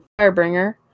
Firebringer